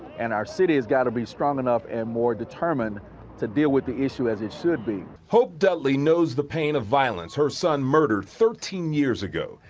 and our city has got to be strong enough and mawr determined to deal with the issue as it should be. hope dudley knows the pain of violence her son murdered thirteen years ago.